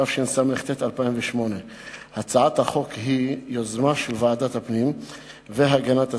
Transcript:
התשס"ט 2008. הצעת החוק היא יוזמה של ועדת הפנים והגנת הסביבה,